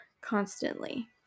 constantly